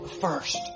first